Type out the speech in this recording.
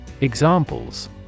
Examples